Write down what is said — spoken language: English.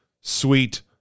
sweet